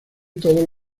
todos